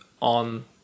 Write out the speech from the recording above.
on